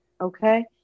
Okay